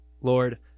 Lord